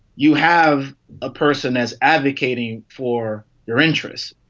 you have a person as advocating for your interests